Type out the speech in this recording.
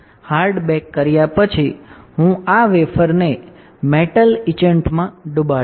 hard bake પછી હું આ વેફરને મેટલ ઇચેન્ટ માં ડૂબાડીશ